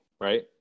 right